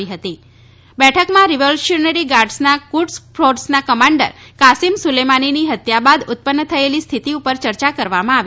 આ બેઠકમાં રિવોલ્યુશનરી ગાર્ડસના કુડસ ફોર્સના કમાન્ડર કાસિમ સુલેમાનીની હત્યા બાદ ઉત્પન્ન થયેલી સ્થિતિ પર ચર્ચા કરવામાં આવી